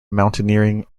mountaineering